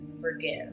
forgive